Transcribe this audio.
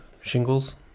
shingles